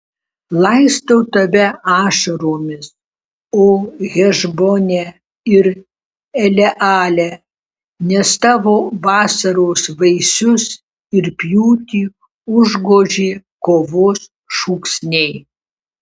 laistau tave ašaromis o hešbone ir eleale nes tavo vasaros vaisius ir pjūtį užgožė kovos šūksniai